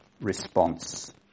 response